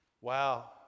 Wow